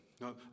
No